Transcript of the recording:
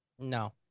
No